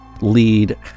Lead